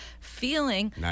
feeling